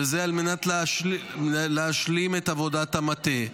וזה על מנת להשלים את עבודת המטה.